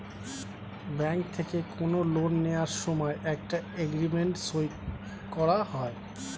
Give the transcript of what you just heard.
bank থেকে কোনো loan নেওয়ার সময় একটা এগ্রিমেন্ট সই করা হয়